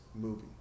movie